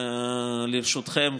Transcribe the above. לרשותכם.